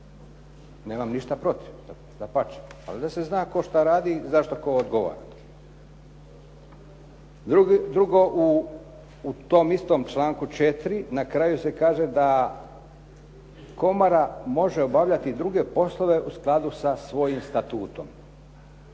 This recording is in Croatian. Nemam ništa protiv toga, dapače, ali da se zna tko šta radi i zašto tko odgovara. Drugo, u tom istom članku 4. na kraju se kaže da komora može obavljati druge poslove u skladu sa svojim statutom.